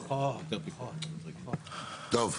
טוב.